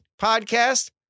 podcast